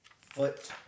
foot